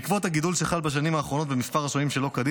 בעקבות הגידול שחל בשנים האחרונות במספר השוהים שלא כדין